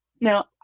Now